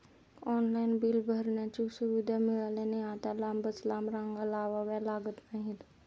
online bill भरण्याची सुविधा मिळाल्याने आता लांबच लांब रांगा लावाव्या लागत नाहीत